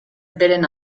beren